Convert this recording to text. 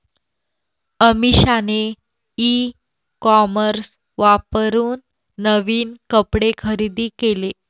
अमिषाने e commerce वापरून नवीन कपडे खरेदी केले